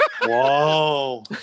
Whoa